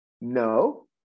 No